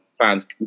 Fans